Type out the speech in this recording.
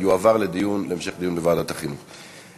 יועבר להמשך דיון בוועדת החינוך.